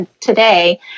today